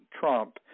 Trump